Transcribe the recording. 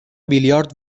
بیلیارد